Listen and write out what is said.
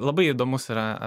labai įdomus yra